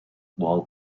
while